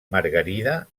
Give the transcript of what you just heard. margarida